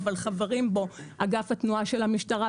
אבל חברים בו אגף התנועה של המשטרה,